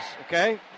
Okay